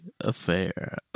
affair